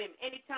anytime